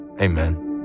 amen